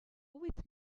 with